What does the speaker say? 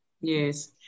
Yes